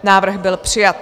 Návrh byl přijat.